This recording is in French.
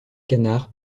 canards